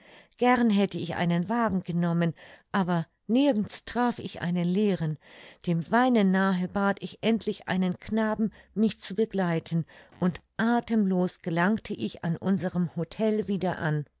gern hätte ich einen wagen genommen aber nirgends traf ich einen leeren dem weinen nahe bat ich endlich einen knaben mich zu begleiten und athemlos gelangte ich an unserem htel wieder an